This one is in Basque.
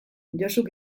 josuk